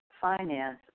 finance